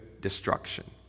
destruction